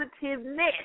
positiveness